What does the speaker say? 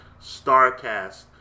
StarCast